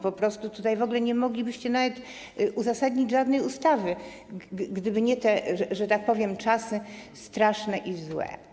Po prostu tutaj nie moglibyście w ogóle nawet uzasadnić żadnej ustawy, gdyby nie te, że tak powiem, czasy straszne i złe.